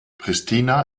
pristina